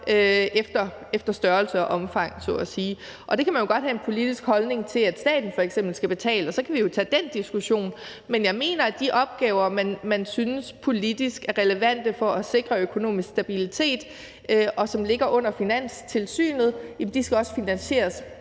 efter størrelse og omfang så at sige. Og der kan man jo godt have en politisk holdning om, at staten f.eks. skal betale. Og så kan vi jo tage den diskussion. Men jeg mener, at de opgaver, man politisk synes er relevante for at sikre økonomisk stabilitet, og som ligger under Finanstilsynet, også skal finansieres